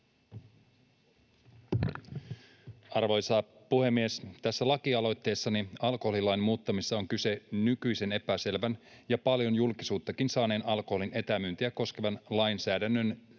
Arvoisa puhemies! Tässä laki-aloitteessani alkoholilain muuttamisesta on kyse nykyisen epäselvän ja paljon julkisuuttakin saaneen alkoholin etämyyntiä koskevan lainsäädännön